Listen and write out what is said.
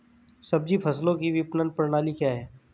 सब्जी फसलों की विपणन प्रणाली क्या है?